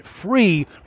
free